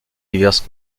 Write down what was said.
diverses